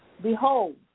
Behold